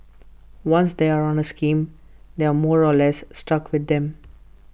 once they are on A scheme they are more or less stuck with them